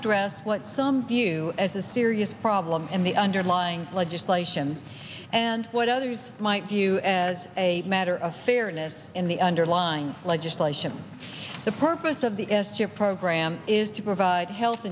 address what some view as a serious problem in the underlying legislation and what others might view as a matter of fairness in the underlying legislation the purpose of the s chip program is to provide health